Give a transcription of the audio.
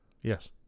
Yes